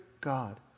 God